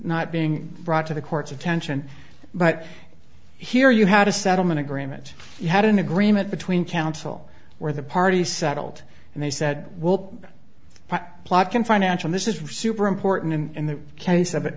not being brought to the court's attention but here you had a settlement agreement you had an agreement between counsel where the parties settled and they said well plotkin financial this is super important and in the case of an